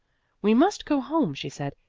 we must go home, she said.